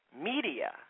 media